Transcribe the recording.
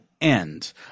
end